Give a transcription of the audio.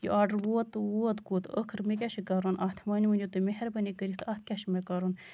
یہِ آرڈر ووت تہٕ ووت کوٚت ٲخٔر مےٚ کیاہ چھُ کَرُن اَتھ وۄنۍ ؤنِو مےٚ تُہۍ مَہربٲنی کٔرِتھ اَتھ کیاہ چھُ مےٚ کَرُن